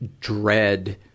dread